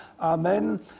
Amen